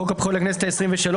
חוק ההתפזרות של הכנסת העשרים-ושלוש,